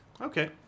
Okay